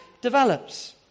develops